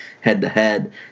head-to-head